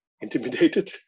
intimidated